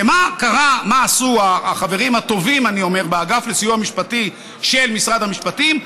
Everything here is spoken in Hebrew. ומה עשו החברים הטובים באגף לסיוע משפטי של משרד המשפטים?